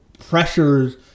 pressures